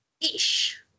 Ish